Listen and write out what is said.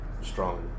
strong